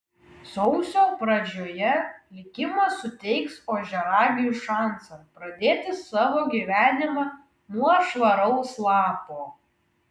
sausio pradžioje likimas suteiks ožiaragiui šansą pradėti savo gyvenimą nuo švaraus lapo